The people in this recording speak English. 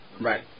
Right